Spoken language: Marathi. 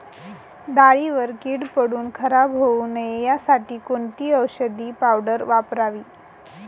डाळीवर कीड पडून खराब होऊ नये यासाठी कोणती औषधी पावडर वापरावी?